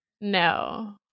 No